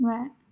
Right